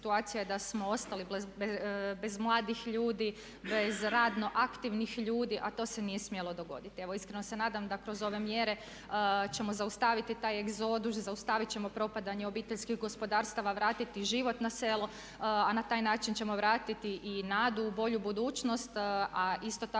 situacije da smo ostali bez mladih ljudi, bez radno aktivnih ljudi, a to se nije smjelo dogoditi. Evo iskreno se nadam da kroz ove mjere ćemo zaustaviti taj egzodus, zaustaviti ćemo propadanje obiteljskih gospodarstava, vratiti život na selo a na taj način ćemo vratiti i nadu u bolju budućnost, a isto tako i pomoći